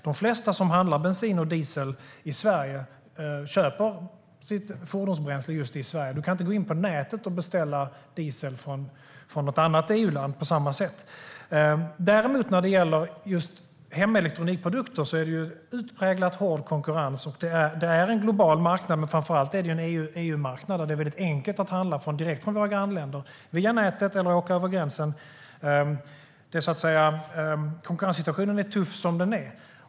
De flesta som handlar bensin och diesel i Sverige köper sitt fordonsbränsle just i Sverige. Man kan inte gå in på nätet och beställa diesel från något annat EU-land. När det gäller hemelektronik är det däremot utpräglat hård konkurrens. Det är en global marknad. Men det är framför allt en EU-marknad. Det är enkelt att handla direkt från våra grannländer, via nätet eller genom att åka över gränsen. Konkurrenssituationen är alltså tuff som den är.